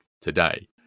today